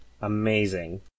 Amazing